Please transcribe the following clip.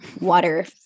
water